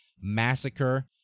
Massacre